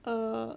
err